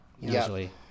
Usually